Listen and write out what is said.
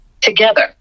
together